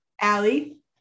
Allie